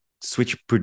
switch